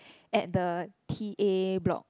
at the key A block